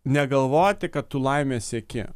negalvoti kad tu laimės sieki